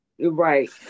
Right